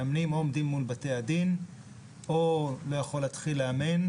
מאמנים או עומדים מול בתי הדין או לא יכולים להתחיל לאמן,